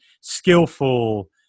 skillful